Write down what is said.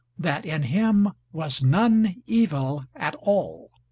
that in him was none evil at all.